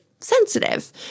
Sensitive